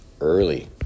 early